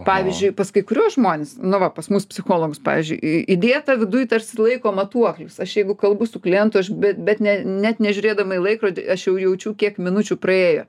pavyzdžiui pas kai kuriuos žmones nu va pas mus psichologus pavyzdžiui į įdėta viduj tarsi laiko matuoklis aš jeigu kalbu su klientu aš bet ne net nežiūrėdama į laikrodį aš jau jaučiu kiek minučių praėjo